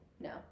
no